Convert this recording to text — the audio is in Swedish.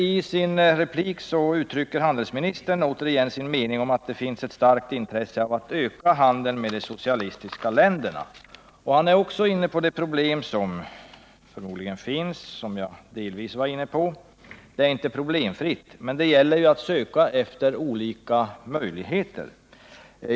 I sin replik uttryckte handelsministern återigen sin mening att det finns ett starkt intresse av att öka handeln med de socialistiska länderna. Han var inne på de problem som jag berörde och som visserligen finns men som man måste söka lösa på olika sätt.